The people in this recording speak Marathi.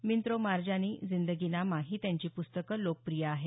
मिंत्रो मारजानी जिंदगीनामा ही त्यांची पुस्तकं लोकप्रिय आहेत